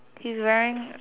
he's wearing